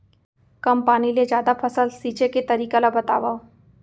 कम पानी ले जादा फसल सींचे के तरीका ला बतावव?